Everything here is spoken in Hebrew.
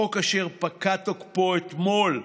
חוק אשר פקע תוקפו אתמול,